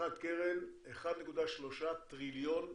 חתיכת קרן, 1.3 טריליון דולר.